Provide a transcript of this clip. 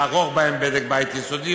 לערוך בהם בדק בית יסודי,